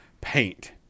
paint